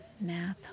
math